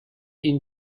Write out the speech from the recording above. ihn